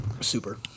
super